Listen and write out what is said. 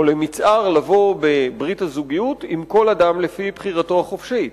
או לבוא בברית הזוגיות עם כל אדם לפי בחירתו החופשית.